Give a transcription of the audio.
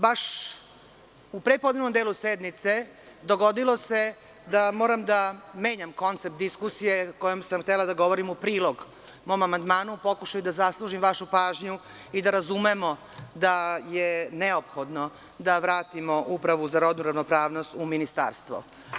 Baš u prepodnevnom delu sednice dogodilo se da moram da menjam koncept diskusije kojom sam htela da govorim u prilog mom amandmanu, u pokušaju da zaslužim vašu pažnju i da razumemo da je neophodno da vratimo Upravu za rodnu ravnopravnost u ministarstvo.